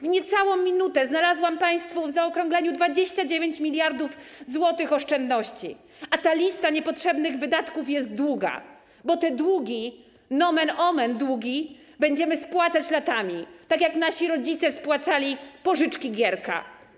W niecałą minutę znalazłam państwu w zaokrągleniu 29 mld zł oszczędności, a ta lista niepotrzebnych wydatków jest długa, bo te długi, nomen omen długi, będziemy spłacać latami, tak jak nasi rodzice spłacali pożyczki Gierka.